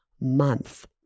month